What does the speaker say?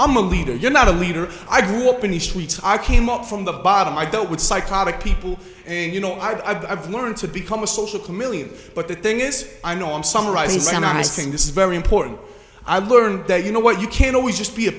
i'm a leader you're not a leader i grew up in the streets i came up from the bottom i dealt with psychotic people and you know i've learned to become a social chameleon but the thing is i know i'm summarizing so and i think this is very important i learned that you know what you can always